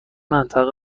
منطقه